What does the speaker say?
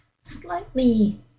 slightly